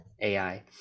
AI